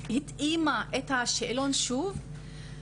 התאימה את השאלון שוב,